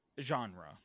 genre